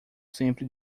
sempre